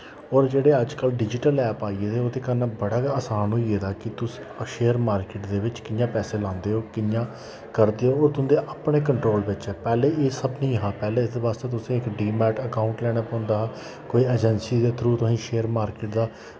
और जेह्ड़ा अजकल्ल डिजिटल ऐप आई गेदे ओह्दे कन्नै बड़ा गै असान होई गेदा कि तुस शेयर मार्किट दे बिच्च कि'यांं पैसे लांदे ओ कि'यां करदे ओ और तुंदे अपने कंट्रोल बिच्च पैह्ले एह् सब नेईं हा पैह्ले इस वास्तै तुसें इक डीमैट अकाउंट लैना पौंदा हा कोई ऐजंसी दे थ्रू तुसें शेयर मार्किट दा